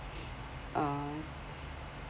err